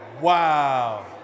Wow